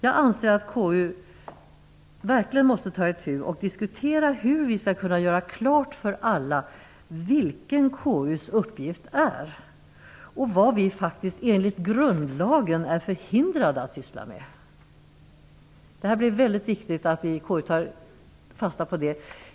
Jag anser att vi i KU verkligen måste ta itu med en diskussion om hur vi skall kunna göra klart för alla vilken KU:s uppgift är och vad vi faktiskt enligt grundlagen är förhindrade att syssla med. Det är väldigt viktigt att vi i KU tar fasta på det.